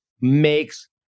makes